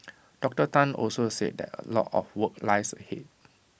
Doctor Tan also said that A lot of work lies ahead